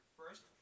first